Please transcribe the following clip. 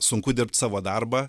sunku dirbt savo darbą